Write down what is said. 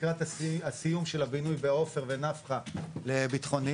לקראת הסיום של הבינוי בעופר ובנפחא לביטחוניים,